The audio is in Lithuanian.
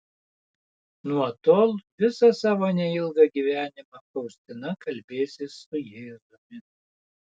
nuo tol visą savo neilgą gyvenimą faustina kalbėsis su jėzumi